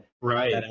Right